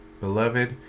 Beloved